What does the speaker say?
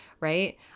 right